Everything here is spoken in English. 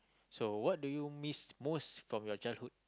so what do you miss most from your childhood